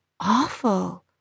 awful